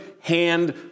hand